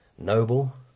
noble